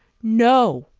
no,